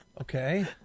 Okay